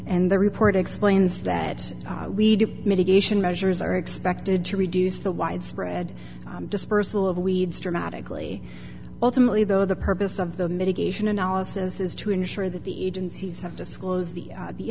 and the report explains that we do mitigation measures are expected to reduce the widespread dispersal of weeds dramatically ultimately though the purpose of the mitigation analysis is to ensure that the agencies have disclosed the